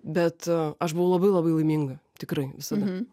bet aš buvau labai labai laiminga tikrai visada